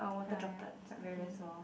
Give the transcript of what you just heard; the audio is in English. ya ya like very very small